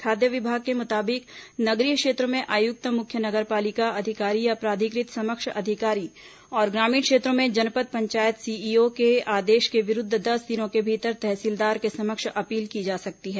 खाद्य विभाग के मुताबिक नगरीय क्षेत्रों में आयुक्त मुख्य नगर पालिका अधिकारी या प्राधिकृत समक्ष अधिकारी और ग्रामीण क्षेत्रों में जनपद पंचायत सीईओ के आदेश के विरूद्व दस दिनों के भीतर तहसीलदार के समक्ष अपील की जा सकती है